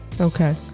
okay